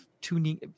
tuning